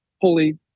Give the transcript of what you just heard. holy